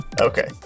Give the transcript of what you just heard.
okay